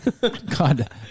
God